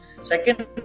second